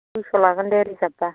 दुइस' लागोन दे रिजाभबा